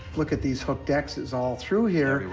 look at these hooked x s all through here.